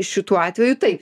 šituo atveju taip